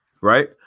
right